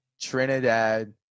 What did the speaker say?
Trinidad